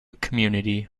community